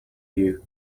you